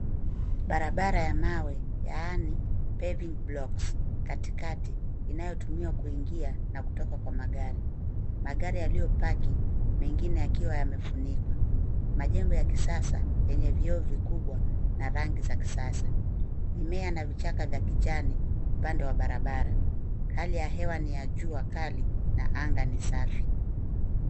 Barabara ya mawe, yaani paving blocks katikati inayotumiwa kuingia na kutoka kwa magari. Magari yaliyopaki mengine yakiwa yamefunikwa. Majengo ya kisasa yenye vyoo vikubwa na rangi za kisasa. Mimea ya vichaka vya kijani upande wa barabara. Hali ya hewa ni jua kali na anga ni safi.